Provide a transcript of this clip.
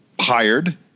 hired